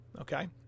Okay